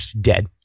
dead